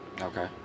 Okay